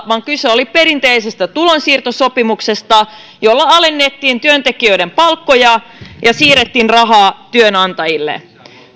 vaan kyse oli perinteisestä tulonsiirtosopimuksesta jolla alennettiin työntekijöiden palkkoja ja siirrettiin rahaa työnantajille